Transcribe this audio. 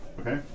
Okay